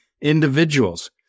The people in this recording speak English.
individuals